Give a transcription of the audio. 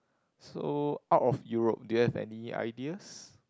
so out of Europe do you have any ideas